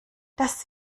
das